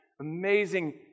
amazing